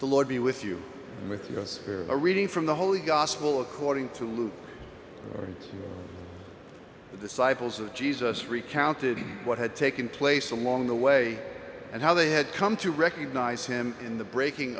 the lord be with you with us here a reading from the holy gospel according to luke the cycles of jesus recounted what had taken place along the way and how they had come to recognize him in the breaking